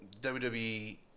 WWE